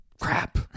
Crap